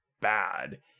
bad